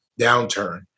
downturn